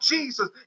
Jesus